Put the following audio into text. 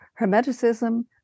Hermeticism